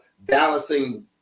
balancing